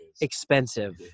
expensive